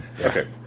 Okay